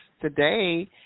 today